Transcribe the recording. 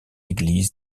église